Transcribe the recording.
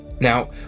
Now